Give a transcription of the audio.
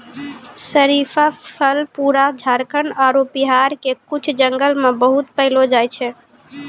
शरीफा फल पूरा झारखंड आरो बिहार के कुछ जंगल मॅ बहुत पैलो जाय छै